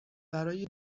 برای